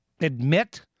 admit